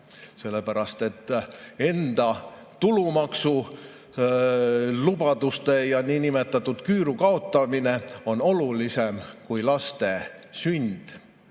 sellepärast et enda tulumaksulubaduste ja niinimetatud küüru kaotamine on olulisem kui laste sünd.